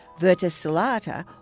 verticillata